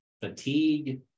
fatigue